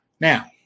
Now